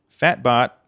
Fatbot